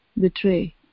betray